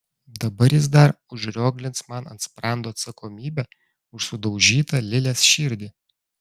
dabar jis dar užrioglins man ant sprando atsakomybę už sudaužytą lilės širdį